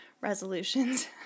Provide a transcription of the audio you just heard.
resolutions